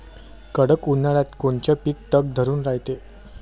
कडक उन्हाळ्यात कोनचं पिकं तग धरून रायते?